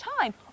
time